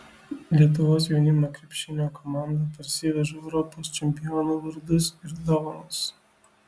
lietuvos jaunimo krepšinio komanda parsiveža europos čempionų vardus ir dovanas